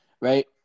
right